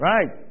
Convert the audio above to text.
Right